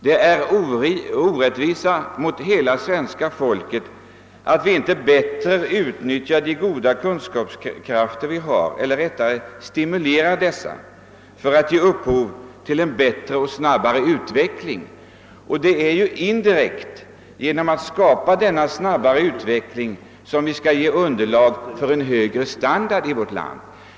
Det är en orättvisa mot hela svenska folket att inte stimulera de goda intellektuella tillgångar vi har och som kan ge upphov till en bättre och snabbare utveckling. Genom att åstadkomma en sådan snabbare utveckling kan vi skapa underlag för en högre standard i vårt land.